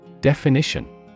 Definition